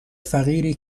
فقیری